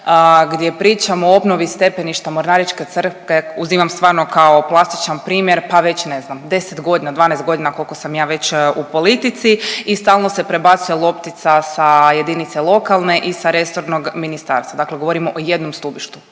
gdje pričam o obnovi stepeništa Mornaričke crkve, uzimam stvarno kao plastičan primjer pa već ne znam, 10 godina, 12 godina koliko sam ja već u politici i stalno se prebacuje loptica sa jedinice lokalne i sa resornog ministarstva. Dakle govorimo o jednom stubištu